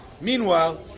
Meanwhile